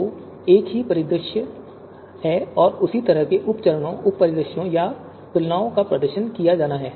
तो एक ही तरह का परिदृश्य और उसी तरह के उप चरणों उप परिदृश्यों या तुलनाओं का प्रदर्शन किया जाना है